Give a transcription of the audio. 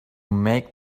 make